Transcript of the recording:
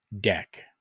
deck